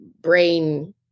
brain